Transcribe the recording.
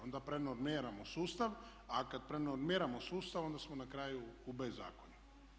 Onda prenormiramo sustav, a kad prenormiramo sustav onda smo na kraju u bez zakonju.